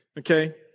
Okay